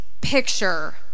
picture